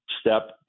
step